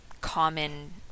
common